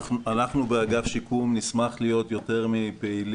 אני רוצה לומר, מבלי לגרוע